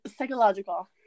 psychological